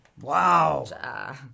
wow